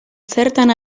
zertan